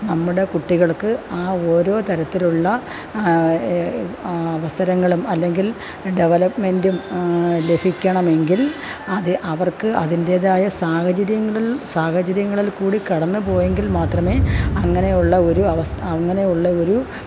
നമ്മുടെ കിട്ടികള്ക്ക് ആ ഓരോ തരത്തിലുള്ള അവസരങ്ങളും അല്ലെങ്കില് ഡെവലപ്മെൻറ്റും ലഭിക്കണമെങ്കില് ആദ്യം അവര്ക്ക് അതിൻറ്റേതായ സാഹചര്യങ്ങളില് സാഹചര്യങ്ങളില്ക്കൂടി കടന്ന് പോയെങ്കില് മാത്രമേ അങ്ങനെയുള്ള ഒരു അവസ് അങ്ങനയുള്ള ഒരു